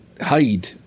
hide